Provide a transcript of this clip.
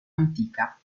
antica